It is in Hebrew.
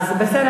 בסדר.